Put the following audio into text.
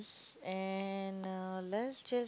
and uh let's just